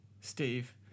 Steve